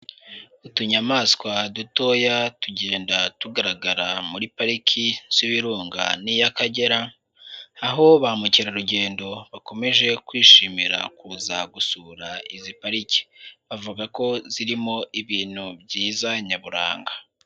Utunyamaswa dutoya tugenda tugaragara muri parike z'Ibirunga n'iy'Akagera, aho ba mukerarugendo bakomeje kwishimira kuza gusura izi parike, bavuga ko zirimo ibintu byiza nyaburanga.